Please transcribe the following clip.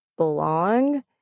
Belong